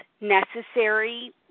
necessary